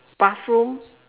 bathroom